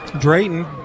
Drayton